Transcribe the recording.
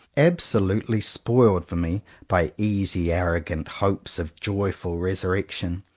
absolutely spoiled for me by easy arrogant hopes of joyful resurrections.